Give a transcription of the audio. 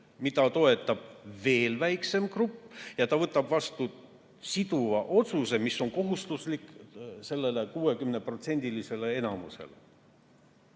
mida toetab veel väiksem grupp, ja ta võtab vastu siduva otsuse, mis on kohustuslik sellele 60%‑lisele